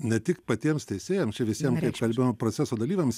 ne tik patiems teisėjams čia visiem kaip kalbėjom proceso dalyviams